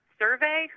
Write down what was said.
survey